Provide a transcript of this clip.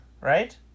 right